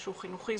שהוא חינוכי,